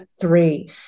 three